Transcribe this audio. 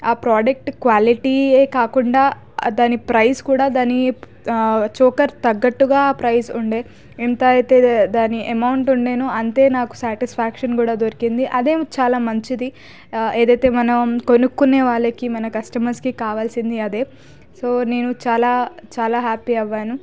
ఆ product quality కాకుండా దాని ప్రైస్ కూడా దాన్ని చోకర్ తగ్గట్టుగా ప్రైస్ ఉండే ఎంత అయితే దాని అమౌంట్ నేను అంతే నాకు సాటిస్ఫాక్షన్ కూడా దొరికింది అదే చాలా మంచిది ఏదైతే మనం కొనుక్కునే వాళ్ళకి మన కస్టమర్కి కావాల్సింది అదే సో నేను చాలా చాలా హ్యాపీ అయ్యాను